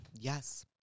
Yes